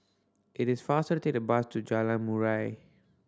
it is faster to take the bus to Jalan Murai